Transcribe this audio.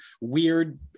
weird